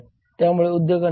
त्यामुळे उद्योगाने 7